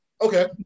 okay